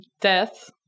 death